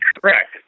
Correct